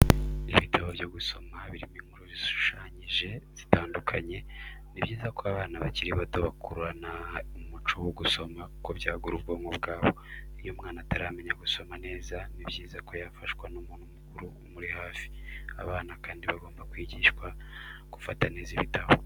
Ibitabo byo gusoma birimo inkuru zishushanyije zitandukanye, ni byiza ko abana bakiri bato bakurana umuco wo gusoma kuko byagura ubwonko bwabo. Iyo umwana ataramenya gusoma neza ni byiza ko yafashwa n'umuntu mukuru umuri hafi. Abana kandi bagomba kwigishwa gufata neza ibitabo.